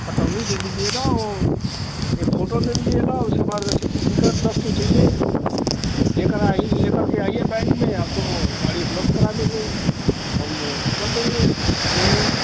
अच्छा हमें ही दे दीजिएगा और एक फोटो ले लीजिएगा उसके बाद रसीदी टिकट दस ठो चाहिए लेकर आइए लेकर के आइए बैंक में आपको गाडी उपलब्ध करा देंगे हम चल चलेंगे दोनों ही